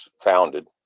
founded